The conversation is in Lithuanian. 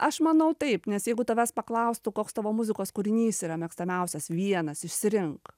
aš manau taip nes jeigu tavęs paklaustų koks tavo muzikos kūrinys yra mėgstamiausias vienas išsirink